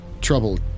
trouble